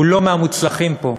לא מהמוצלחים פה.